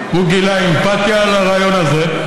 הוא גילה אמפתיה לרעיון הזה.